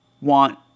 want